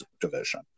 division